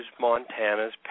Montana's